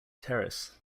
terrace